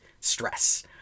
stress